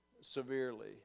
severely